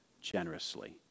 generously